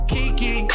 Kiki